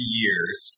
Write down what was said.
years